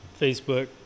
Facebook